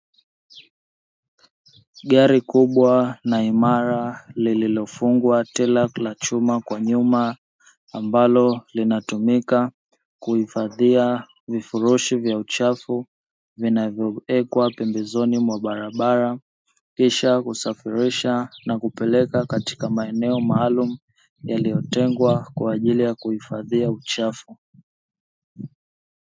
Gari kubwa na imara lililofungwa tela ya chuma kwa nyuma, ambalo linatumika kuhifadhia vifurushi vya uchafu, vinavyowekwa pembezoni mwa barabara, kisha kusafirisha na kupeleka katika maeneo maalumu yaliyotengwa kwa ajili ya kuhifadhia uchafu.